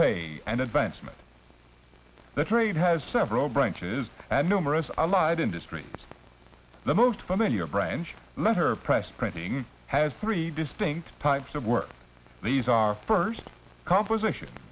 pay and advancement that trade has several branches and numerous allied industry the most familiar braincell letterpress printing has three distinct types of work these are first composition